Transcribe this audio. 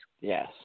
Yes